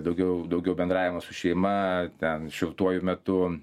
daugiau daugiau bendravimo su šeima ten šiltuoju metu